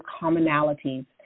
commonalities